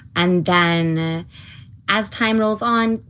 and then as time rolls on,